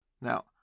Now